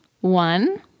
One